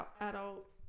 adult